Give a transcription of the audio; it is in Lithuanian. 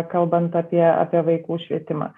kalbant apie apie vaikų švietimą